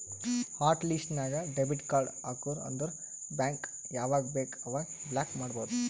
hot list ನಾಗ್ debit card ಹಾಕುರ್ ಅಂದುರ್ ಬ್ಯಾಂಕ್ ಯಾವಾಗ ಬೇಕ್ ಅವಾಗ ಬ್ಲಾಕ್ ಮಾಡ್ಬೋದು